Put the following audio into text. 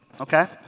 Okay